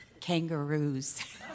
Kangaroos